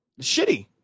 Shitty